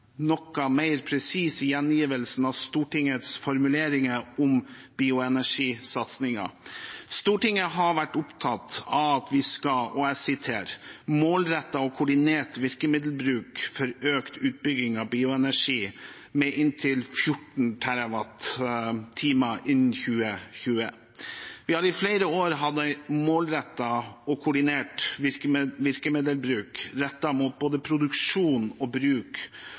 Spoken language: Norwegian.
noe mer presis i gjengivelsen av Stortingets formuleringer om bioenergisatsingen. Stortinget har vært opptatt av at vi skal «sikre målrettet og koordinert virkemiddelbruk for økt utbygging av bioenergi med inntil 14 TWh innen 2020». Vi har over flere år hatt en målrettet og koordinert virkemiddelbruk, rettet mot både produksjon og bruk